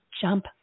jump